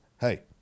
hey